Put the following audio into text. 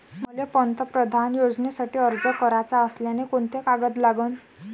मले पंतप्रधान योजनेसाठी अर्ज कराचा असल्याने कोंते कागद लागन?